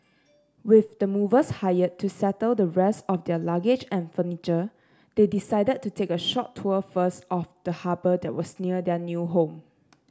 with the movers hired to settle the rest of their luggage and furniture they decided to take a short tour first of the harbour that was near their new home